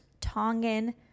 Tongan